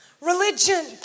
religion